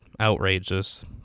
outrageous